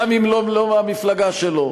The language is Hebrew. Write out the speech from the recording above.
גם אם הם לא מהמפלגה שלו,